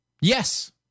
Yes